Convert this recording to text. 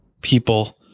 people